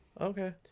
Okay